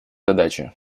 задачи